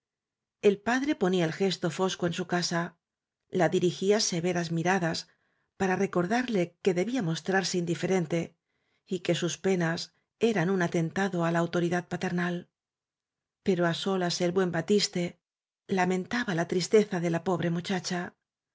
el padre ponía el gesto fosco en su la dirigía casa severas miradas para recordarle que debía mostrarse indife rente y que sus penas eran un atentado á la autoridad paternal pero á solas el buen batis te lamentaba la tristeza de la pobre muchacha